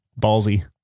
ballsy